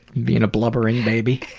being a blubbering baby.